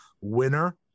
winner